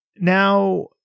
now